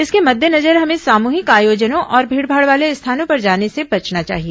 इसके मद्देनजर हमें सामूहिक आयोजनों और भीड़भाड़ वाले स्थानों पर जाने से बचना चाहिए